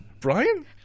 Brian